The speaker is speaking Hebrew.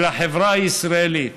של החברה הישראלית.